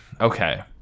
okay